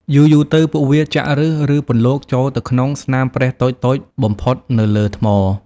យូរៗទៅ ពួកវាចាក់ឬស ឬពន្លកចូលទៅក្នុងស្នាមប្រេះតូចៗបំផុតនៅលើថ្ម។